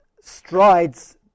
strides